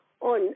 on